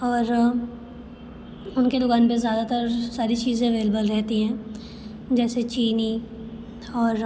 और उनकी दुकान पर ज़्यादातर सारी चीज़ें अवेलबल रहती हैं जैसे चीनी और